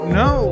no